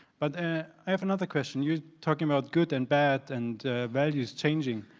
but i have another question. you talking about good and bad and values changing.